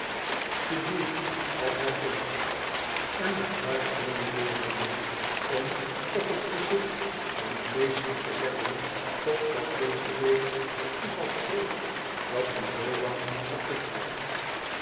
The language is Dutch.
te doen als hij kon en de fluisterende leerlingen om op het gezicht van den meester te letten totdat deze weder het toeval kreeg dat hem zoo lang had bedreigd